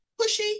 pushy